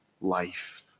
life